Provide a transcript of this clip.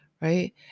right